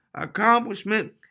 accomplishment